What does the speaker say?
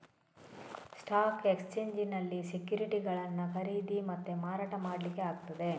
stock ಎಕ್ಸ್ಚೇಂಜಿನಲ್ಲಿ ಸೆಕ್ಯುರಿಟಿಗಳನ್ನ ಖರೀದಿ ಮತ್ತೆ ಮಾರಾಟ ಮಾಡ್ಲಿಕ್ಕೆ ಆಗ್ತದೆ